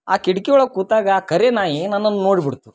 ಆ ಕಿಟ್ಕಿಯೊಳಗೆ ಕೂತಾಗ ಆ ಕರೆ ನಾಯಿ ನನ್ನನ್ನ ನೋಡಿ ಬಿಡ್ತು